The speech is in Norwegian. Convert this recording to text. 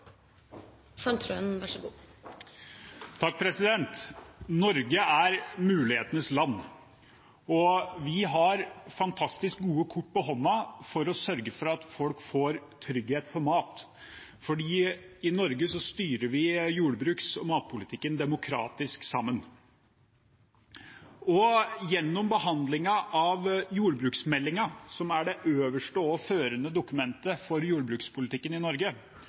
har fantastisk gode kort på hånden for å sørge for at folk får trygghet for mat, for i Norge styrer vi jordbruks- og matpolitikken demokratisk, sammen. Gjennom behandlingen av jordbruksmeldingen, som er det øverste og førende dokumentet for jordbrukspolitikken i Norge,